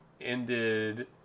ended